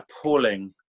appalling